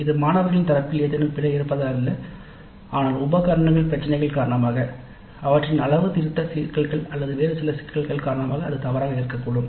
இது மாணவரின் தரப்பில் ஏதேனும் பிழை இருப்பதால் அல்ல ஆனால் உபகரணங்கள்பிரச்சினைகள் காரணமாக அவற்றின் அளவுத்திருத்த சிக்கல்கள் அல்லது வேறு சில சிக்கல்கள் காரணமாக அது தவறாக இருக்கக்கூடும்